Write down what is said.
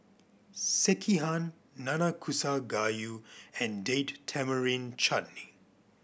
Sekihan Nanakusa Gayu and Date Tamarind Chutney